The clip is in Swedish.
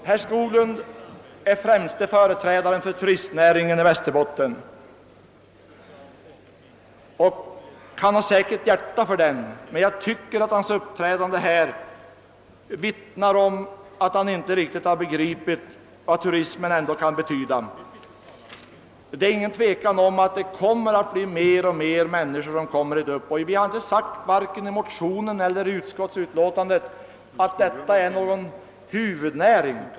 Herr Skoglund är den främste företrädaren för turistnäringen i Västerbotten och han har säkerligen hjärta för den, men jag tycker ändå att hans uppträdande i denna debatt vittnar om att han inte riktigt begripit vad turismen kan betyda. Det är ingen tvekan om att fler och fler människor kommer dit som turister, men varken i motionerna eller i utskottsutlåtandet har sagts att turismen är någon huvudnäring.